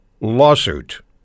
lawsuit